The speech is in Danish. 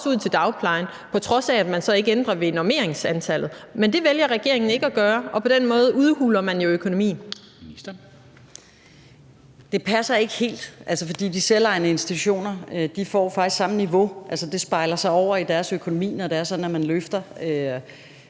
Det passer ikke helt, fordi de selvejende institutioner får faktisk samme niveau. Det afspejler sig i deres økonomi, når det er